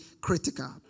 critical